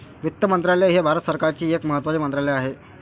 वित्त मंत्रालय हे भारत सरकारचे एक महत्त्वाचे मंत्रालय आहे